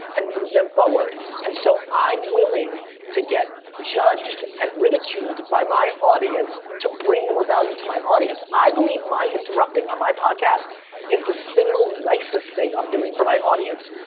and move them forward, and so i'm willing to get judged and ridiculed by my audience to bring more value to my audience. i believe my interrupting on my podcast is the single nicest thing i'm doing for my audience,